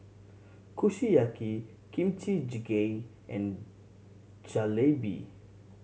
Kushiyaki Kimchi Jjigae and Jalebi